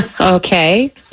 Okay